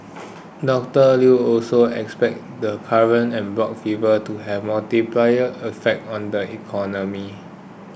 Docter Lew also said he expects the current en bloc fever to have a multiplier effect on the economy